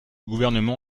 gouvernement